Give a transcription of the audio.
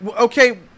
okay